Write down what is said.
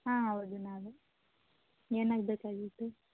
ಹಾಂ ಹೌದು ನಾವೇ ಏನಾಗಬೇಕಾಗಿತ್ತು